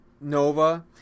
Nova